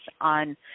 on